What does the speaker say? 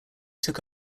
took